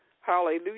Hallelujah